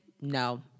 No